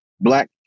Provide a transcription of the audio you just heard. Black